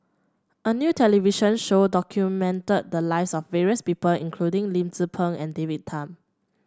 a new television show documented the lives of various people including Lim Tze Peng and David Tham